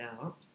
out